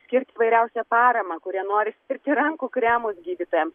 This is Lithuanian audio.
skirt įvairiausią paramą kurie nori skirti rankų kremus gydytojams